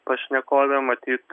pašnekovė matyt